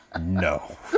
No